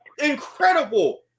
Incredible